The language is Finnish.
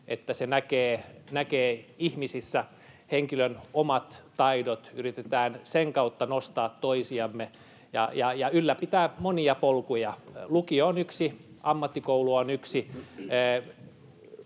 että se näkee ihmisissä henkilön omat taidot. Yritetään sen kautta nostaa toisiamme ja ylläpitää monia polkuja. Lukio on yksi, ammattikoulu on yksi.